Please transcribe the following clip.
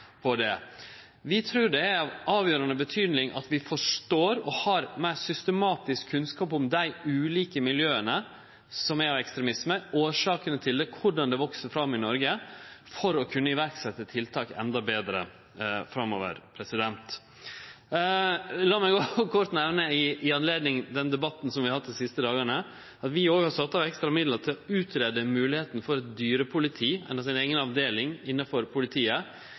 Vi trur det er av avgjerande betyding at vi forstår og har meir systematisk kunnskap om dei ulike miljøa som finst av ekstremisme – årsakene til det og korleis dei veks fram i Noreg – for å kunne setje i verk enda betre tiltak framover. La meg òg kort nemne, i anledning den debatten som vi har hatt dei siste dagane, at vi òg har sett av ekstra midlar til å greie ut moglegheita for eit dyrepoliti, altså ei eiga avdeling innanfor politiet.